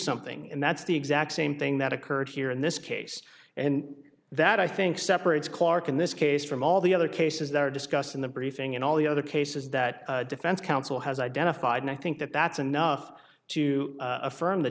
something and that's the exact same thing that occurred here in this case and that i think separates clark in this case from all the other cases that are discussed in the briefing and all the other cases that defense counsel has identified and i think that that's enough to